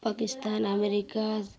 Pakistan America